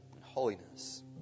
holiness